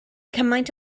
cymaint